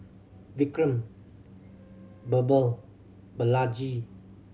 Vikram Birbal Balaji